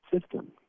system